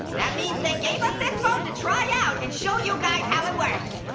that means they gave us this phone to try out, and show you guys how it works.